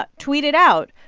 but tweeted out,